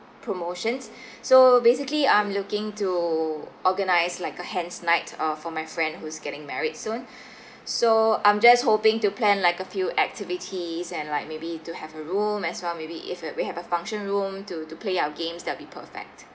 promotions so basically I'm looking to organize like a hen's night uh for my friend who's getting married soon so I'm just hoping to plan like a few activities and like maybe to have a room as well maybe if we we have a function room to to play our games that will be perfect